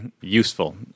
useful